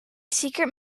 secret